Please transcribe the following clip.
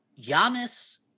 Giannis